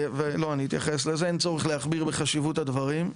אין צורך להכביר בחשיבות הדברים,